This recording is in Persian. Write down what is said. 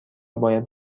باید